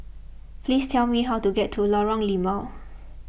please tell me how to get to Lorong Limau